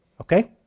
Okay